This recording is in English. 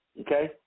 Okay